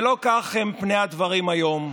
ולא כך הם פני הדברים היום.